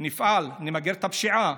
ונמגר את הפשיעה,